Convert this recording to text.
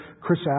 chris